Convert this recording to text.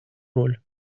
роль